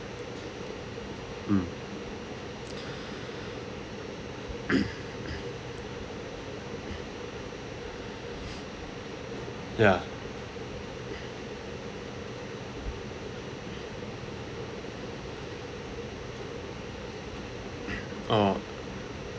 mm ya oh